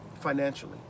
financially